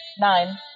Nine